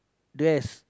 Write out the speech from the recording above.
dress